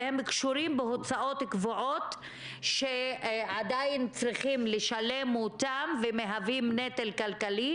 והן קשורות בהוצאות קבועות שהם עדיין צריכים לשלם ומהווים נטל כלכלי,